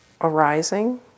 arising